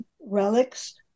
relics